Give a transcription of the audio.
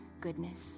goodness